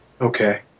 Okay